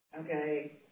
okay